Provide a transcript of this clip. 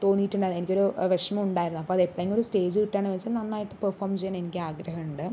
തോന്നിയിട്ടുണ്ടാ എനിക്കൊരു വിഷമം ഉണ്ടായിരുന്നു അപ്പത് എപ്പഴെങ്കിലും ഒരു സ്റ്റേജ് കിട്ടാന്ന് വെച്ചാൽ നന്നായിട്ട് പെർഫോം ചെയ്യാൻ എനിക്ക് ആഗ്രഹം ഉണ്ട്